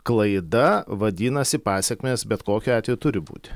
klaida vadinasi pasekmės bet kokiu atveju turi būti